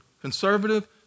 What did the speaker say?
conservative